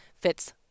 fits